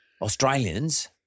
Australians